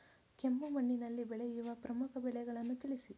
ಕೆಂಪು ಮಣ್ಣಿನಲ್ಲಿ ಬೆಳೆಯುವ ಪ್ರಮುಖ ಬೆಳೆಗಳನ್ನು ತಿಳಿಸಿ?